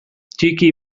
ttiki